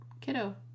kiddo